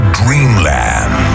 dreamland